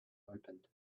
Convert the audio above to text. opened